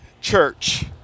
church